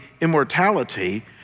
immortality